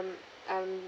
um